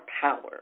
power